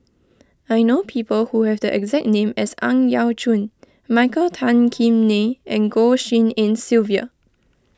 I know people who have the exact name as Ang Yau Choon Michael Tan Kim Nei and Goh Tshin En Sylvia